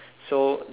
so